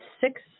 six